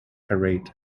parade